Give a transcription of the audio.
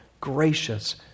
gracious